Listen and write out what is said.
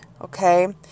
Okay